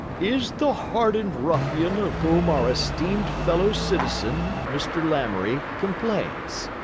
is the hardened ruffian of whom our esteemed fellow citizen, mr. lamoury, complains?